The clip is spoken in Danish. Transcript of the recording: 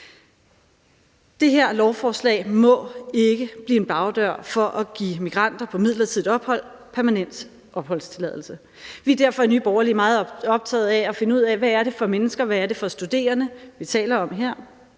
Det her lovforslag må ikke blive en bagdør for at give migranter på midlertidigt ophold permanent opholdstilladelse. Vi er derfor i Nye Borgerlige meget optaget af at finde ud af, hvad det er for mennesker, hvad det er for studerende, vi taler om her.